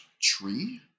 Tree